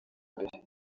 imbere